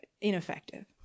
ineffective